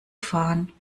fahren